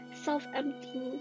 self-emptying